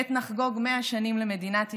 עת נחגוג 100 שנים למדינת ישראל,